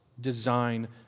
design